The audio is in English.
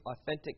authentic